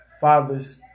father's